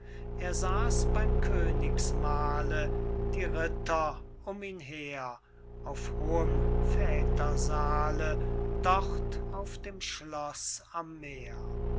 er saß beym königsmahle die ritter um ihn her auf hohem väter saale dort auf dem schloß am meer